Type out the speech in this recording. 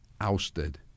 ousted